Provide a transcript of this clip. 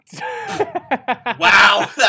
Wow